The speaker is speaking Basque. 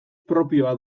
propioa